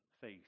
faith